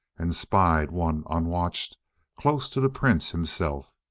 and spied one unwatched close to the prince himself.